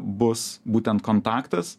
bus būtent kontaktas